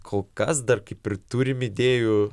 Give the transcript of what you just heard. kol kas dar kaip ir turim idėjų